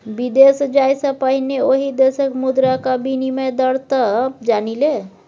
विदेश जाय सँ पहिने ओहि देशक मुद्राक विनिमय दर तँ जानि ले